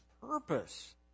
purpose